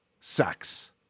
sex